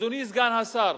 אדוני סגן השר,